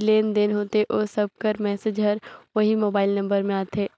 लेन देन होथे ओ सब कर मैसेज हर ओही मोबाइल नंबर में आथे